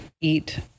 eat